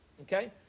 Okay